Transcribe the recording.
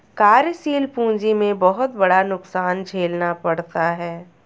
कार्यशील पूंजी में बहुत बड़ा नुकसान झेलना पड़ता है